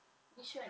which one